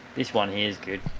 this one here is good.